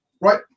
right